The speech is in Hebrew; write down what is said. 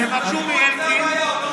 תבקשו מאלקין.